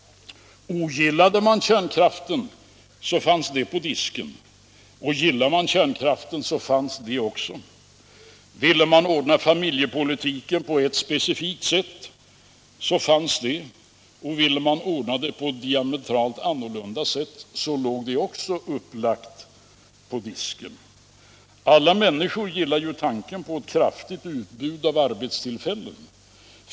Ogillade man kärnkraften så fanns det på disken, och gillade man kärnkraften så fanns det också. Ville man ordna familjepolitiken på ett speciellt sätt så fanns det, och ville man ordna den på diametralt annorlunda sätt så låg det också upplagt på disken. Alla människor gillar tanken på kraftigt utbud av arbetstillfällen.